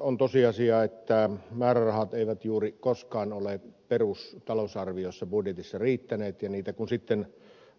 on tosiasia että määrärahat eivät juuri koskaan ole perustalousarviossa budjetissa riittäneet ja niitä kun sitten